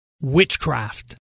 witchcraft